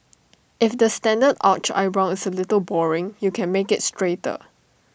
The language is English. if the standard arched eyebrow is A little boring you can make IT straighter